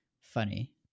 funny